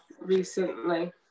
recently